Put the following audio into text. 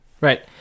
Right